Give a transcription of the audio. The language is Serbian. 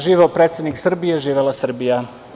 Živeo predsednik Srbije, živela Srbija!